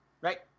right